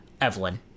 Evelyn